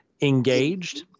engaged